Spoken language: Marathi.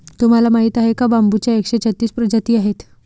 तुम्हाला माहीत आहे का बांबूच्या एकशे छत्तीस प्रजाती आहेत